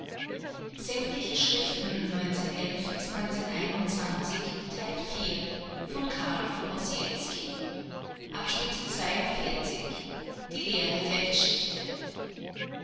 schriften die lehre der geschichte